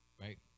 right